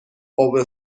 over